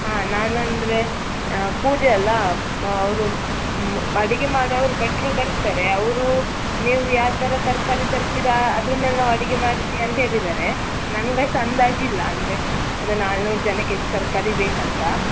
ಹಾಂ ನಾನಂದರೆ ಪೂಜೆ ಅಲ್ಲಾ ಅವರು ಅಡಿಗೆ ಮಾಡೋವ್ರು ಭಟ್ರು ಬರ್ತಾರೆ ಅವರು ನೀವು ಯಾವಥರ ತರಕಾರಿ ತರ್ತೀರಾ ಅದ್ರ ಮೇಲೆ ನಾವು ಅಡಿಗೆ ಮಾಡ್ತೆ ಅಂತ ಹೇಳಿದರೆ ನಮ್ಗಷ್ಟು ಅಂದಾಜಿಲ್ಲ ಅಂದರೆ ಒಂದು ನಾನೂರು ಜನಕ್ಕೆ ಎಷ್ಟು ತರಕಾರಿ ಬೇಕಂತ